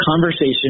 conversation